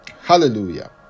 Hallelujah